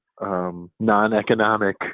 non-economic